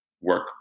work